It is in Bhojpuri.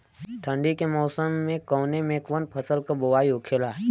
ठंडी के मौसम कवने मेंकवन फसल के बोवाई होखेला?